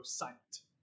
silent